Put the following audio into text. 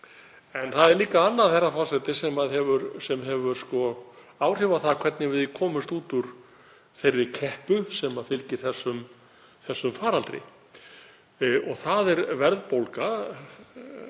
Það er líka annað, herra forseti, sem hefur áhrif á það hvernig við komumst út úr þeirri kreppu sem fylgir þessum faraldri. Það er verðbólga,